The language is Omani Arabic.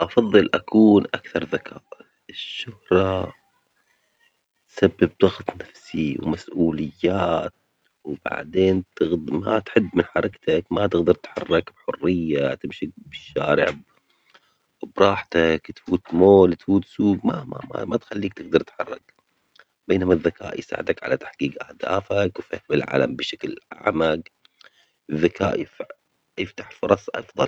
هل تفضل أن تكون الشخص الأكثر شهرةً أم الأكثر ذكاءً؟ ولماذا؟